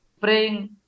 praying